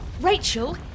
Rachel